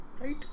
right